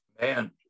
Man